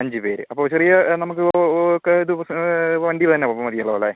അഞ്ച് പേർ അപ്പോൾ ചെറിയ നമുക്ക് ഒക്കെ ദിവസങ്ങൾ വണ്ടി തന്നാൽ മതിയാരിക്കുമല്ലോ അല്ലേ